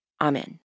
Amen